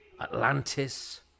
Atlantis